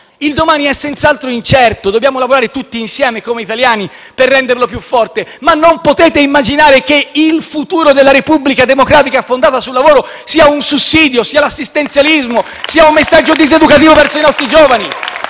Il domani è senz'altro incerto e dobbiamo lavorare tutti insieme come italiani per renderlo più forte, ma non potete immaginare che il futuro della Repubblica democratica fondata sul lavoro sia un sussidio, sia l'assistenzialismo, sia un messaggio diseducativo ai nostri giovani.